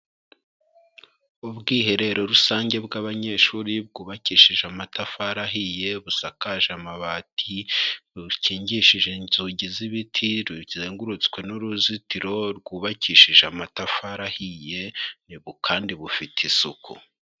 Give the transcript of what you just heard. Ubwiherero rusange bw'abanyeshuri, bwubakishije amatafari ahiye, busakaje amabati, rukingishije inzugi z'ibiti, ruzengurutswe n'uruzitiro rwubakishije amatafari ahiye, kandi bufite isuku.